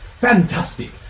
Fantastic